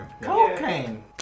Cocaine